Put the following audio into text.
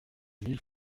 mille